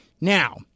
Now